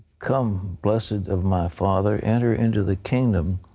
come, blessed of my father, enter into the kingdom,